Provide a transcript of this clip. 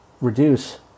reduce